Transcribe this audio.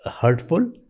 hurtful